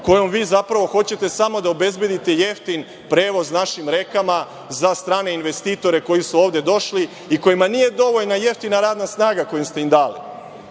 kojom bi zapravo, hoćete samo da obezbedite jeftin prevoz našim rekama za strane investitore koji su ovde došli i kojima nije dovoljna jeftina radna snaga koju ste im dali,